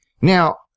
Now